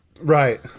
Right